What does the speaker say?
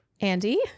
andy